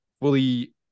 fully